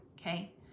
okay